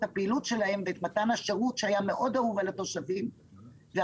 הפעילות שלהם ואת מתן השירות שהיה מאוד אהוב על התושבים ועכשיו,